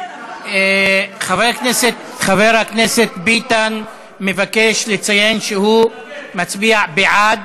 חבר הכנסת ביטן מבקש לציין שהוא מצביע בעד.